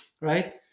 right